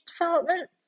development